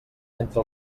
entre